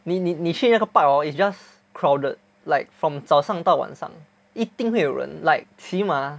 你你你去那个 park hor is just crowded like from 早上到晚上一定会有人 like 起码